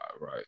right